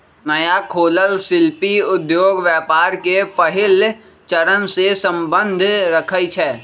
नया खोलल शिल्पि उद्योग व्यापार के पहिल चरणसे सम्बंध रखइ छै